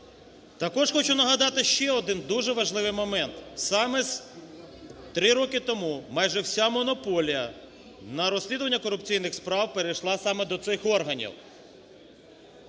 Також хочу нагадати ще один дуже важливий момент. Саме три роки тому майже вся монополія на розслідування корупційних справ перейшла саме до цих органів.